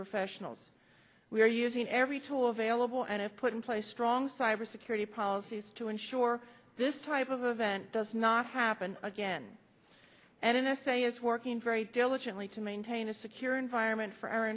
professionals we are using every tool available and i've put in place strong cyber security policies to ensure this type of event does not happen again and n s a is working very diligently to maintain a secure environment for our